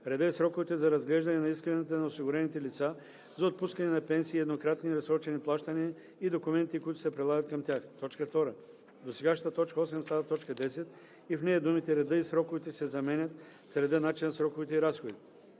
реда и сроковете за разглеждане на исканията на осигурените лица за отпускане на пенсии и еднократни и разсрочени плащания и документите, които се прилагат към тях;“. 2. Досегашната т. 8 става т. 10 и в нея думите „реда и сроковете“ се заменят с „реда, начина, сроковете и разходите“.